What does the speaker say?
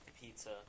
pizza